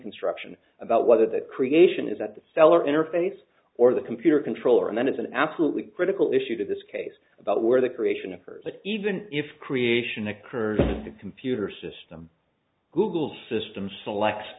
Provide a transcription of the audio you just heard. construction about whether the creation is that the seller interface or the computer controller and then it's an absolutely critical issue to this case about where the creation of or even if creation occurred in the computer system google's system select